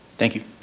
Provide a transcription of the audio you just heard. thank you.